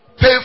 pay